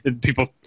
people –